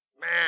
Man